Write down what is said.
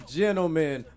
gentlemen